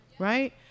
Right